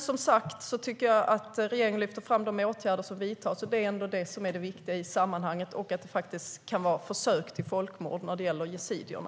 Jag tycker som sagt att regeringen lyfter fram de åtgärder som vidtas, vilket ändå är det viktiga i sammanhanget, samt att det kan vara försök till folkmord när det gäller yazidierna.